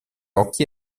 occhi